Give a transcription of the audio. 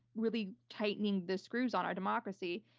really tightening the screws on our democracy,